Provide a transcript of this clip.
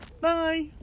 bye